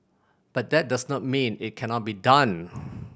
but that does not mean it cannot be done